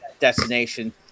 destination